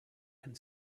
and